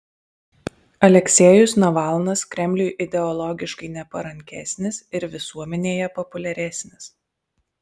aleksejus navalnas kremliui ideologiškai neparankesnis ir visuomenėje populiaresnis